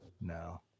No